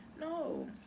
No